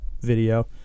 video